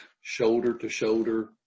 shoulder-to-shoulder